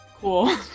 Cool